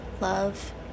love